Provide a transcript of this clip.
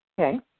Okay